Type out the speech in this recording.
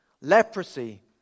Leprosy